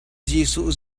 jesuh